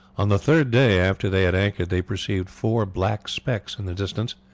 on the third day after they had anchored they perceived four black specks in the distance,